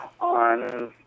on